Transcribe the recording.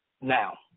now